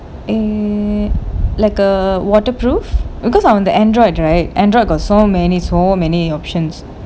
in like a waterproof because I'm on the android right android got so many so many options